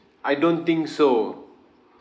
I don't think so